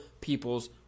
people's